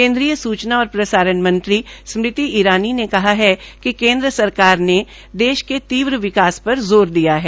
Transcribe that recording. केन्द्रीय सूचना और प्रसारण मंत्री स्मृति ईरानी ने कहा है कि केन्द्र सरकार ने देश के तीव्र विकास पर जोर दिया है